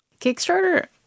Kickstarter